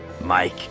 Mike